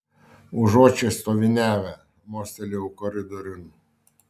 užuot čia stoviniavę mostelėjau koridoriun